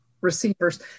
receivers